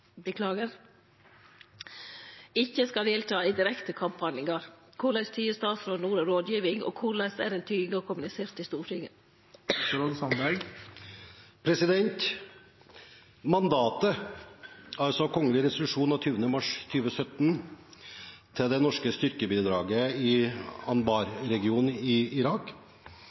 ikkje skal delta direkte i kamphandlingar. Korleis tyder statsråden ordet «rådgjeving», og korleis er den tydinga kommunisert til Stortinget?» Mandatet, altså kgl. resolusjon av 20. mars 2017, til det norske styrkebidraget i Anbar-regionen i Irak,